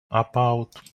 about